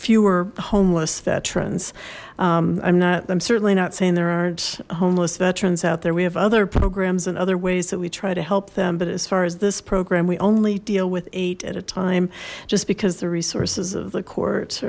fewer homeless veterans i'm not i'm certainly not saying there aren't homeless veterans out there we have other programs and other ways that we try to help them but as far as this program we only deal with eight at a time just because the resources of the courts